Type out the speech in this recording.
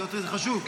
זה חשוב.